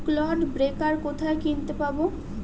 Clod breaker কোথায় কিনতে পাব?